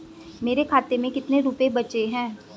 मेरे खाते में कितने रुपये बचे हैं?